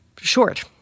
short